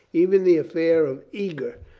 even the affair of eger,